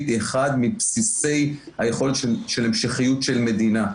היא אחת מבסיסי היכולת של המשכיות של מדינה,